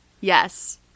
yes